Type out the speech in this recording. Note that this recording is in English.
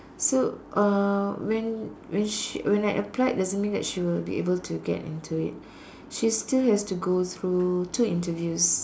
so uh when when she when I applied doesn't mean that she will be able to get into it she still has to go through two interviews